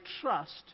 trust